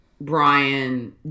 Brian